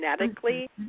genetically